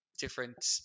different